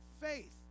faith